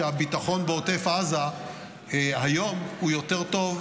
שהביטחון בעוטף עזה היום הוא יותר טוב,